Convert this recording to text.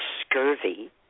scurvy